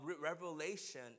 revelation